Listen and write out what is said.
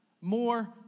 more